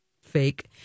fake